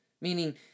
meaning